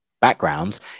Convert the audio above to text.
backgrounds